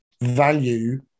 value